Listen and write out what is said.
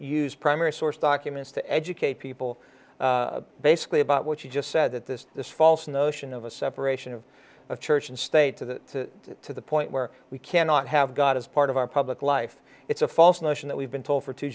use primary source documents to educate people basically about what you just said that this is false notion of a separation of church and state to the to the point where we cannot have god as part of our public life it's a false notion that we've been told for two